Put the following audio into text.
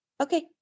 Okay